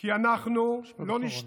כי אנחנו לא נשתוק,